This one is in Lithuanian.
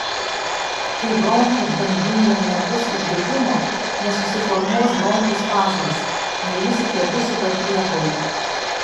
kai bronchų gleivinėje nebus uždegimo nesusiformuos bronchų spazmas nejusite dusulio priepuolių